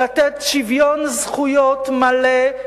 לתת שוויון זכויות מלא,